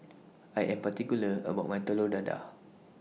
I Am particular about My Telur Dadah